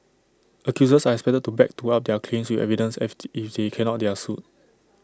accusers are expected to back to up their claims with evidence and if they cannot they are sued